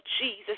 Jesus